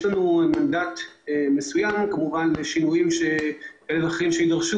יש לנו מנדט מסוים לעשות שינויים שיידרשו,